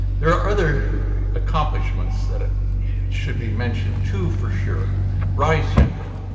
there are other accomplishments that ah should be mentioned two for sure reye's syndrome.